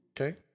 okay